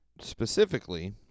specifically